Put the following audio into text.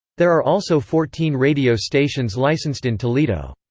there are also fourteen radio stations licensed in toledo.